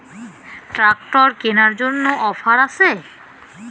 Tractor কেনার জন্য offer আছে?